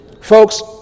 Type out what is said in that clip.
folks